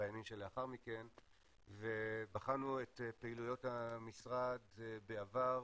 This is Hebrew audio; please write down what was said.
בימים שלאחר מכן ובחנו את פעילויות המשרד בעבר